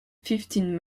fifteen